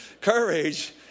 courage